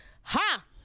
Ha